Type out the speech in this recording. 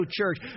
church